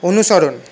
অনুসরণ